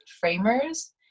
Framers